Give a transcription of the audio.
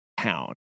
town